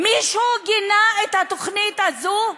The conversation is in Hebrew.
מישהו גינה את התוכנית הזאת?